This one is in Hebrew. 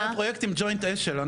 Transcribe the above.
פרויקט ג'וינט האשל,